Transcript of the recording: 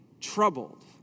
Troubled